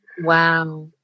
Wow